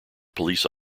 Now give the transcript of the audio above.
police